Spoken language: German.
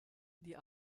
die